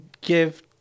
give